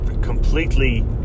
Completely